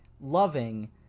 loving